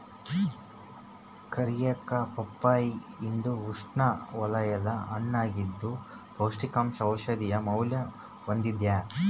ಕಾರಿಕಾ ಪಪ್ಪಾಯಿ ಇದು ಉಷ್ಣವಲಯದ ಹಣ್ಣಾಗಿದ್ದು ಪೌಷ್ಟಿಕಾಂಶ ಔಷಧೀಯ ಮೌಲ್ಯ ಹೊಂದ್ಯಾದ